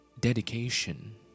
dedication